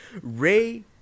Ray